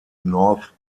north